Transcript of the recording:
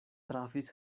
trafis